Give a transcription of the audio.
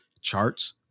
charts